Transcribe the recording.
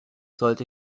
sollte